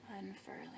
Unfurling